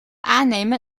aannemen